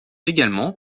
également